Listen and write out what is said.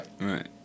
Right